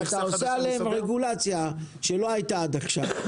כי אתה עושה עליהם רגולציה שלא היתה עד עכשיו,